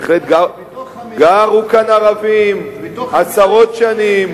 בתוך המלה "ישראל" יש, עשרות שנים,